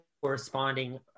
corresponding